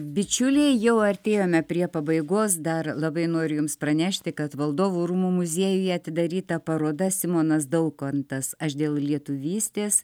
bičiuliai jau artėjome prie pabaigos dar labai noriu jums pranešti kad valdovų rūmų muziejuje atidaryta paroda simonas daukantas aš dėl lietuvystės